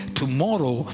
tomorrow